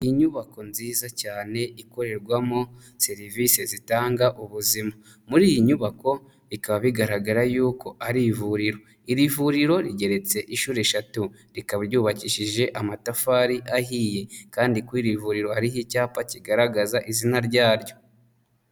Inyubako nziza cyane ikorerwamo serivise zitanga ubuzima, muri iyi nyubako bikaba bigaragara yuko ari ivuriro, iri vuriro rigeretse inshuro eshatu, rikaba ryubakishije amatafari ahiye kandi kuri iri vuriro hariho icyapa kigaragaza izina ryaryo.